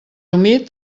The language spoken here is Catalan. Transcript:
humit